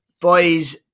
Boys